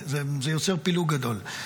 זה יוצר פילוג גדול.